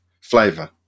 flavor